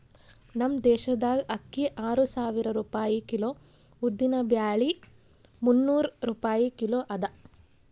ನಮ್ ದೇಶದಾಗ್ ಅಕ್ಕಿ ಆರು ಸಾವಿರ ರೂಪಾಯಿ ಕಿಲೋ, ಉದ್ದಿನ ಬ್ಯಾಳಿ ಮುನ್ನೂರ್ ರೂಪಾಯಿ ಕಿಲೋ ಅದಾ